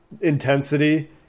intensity